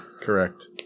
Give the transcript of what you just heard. Correct